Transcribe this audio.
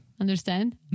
Understand